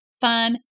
fun